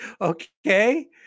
Okay